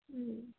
ꯎꯝ